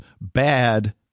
bad